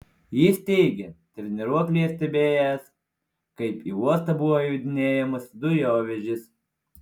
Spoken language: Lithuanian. jis teigė treniruoklyje stebėjęs kaip į uostą buvo įvedinėjamas dujovežis